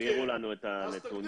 הסבירו לנו את הנתונים,